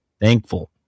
thankful